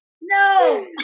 No